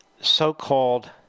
so-called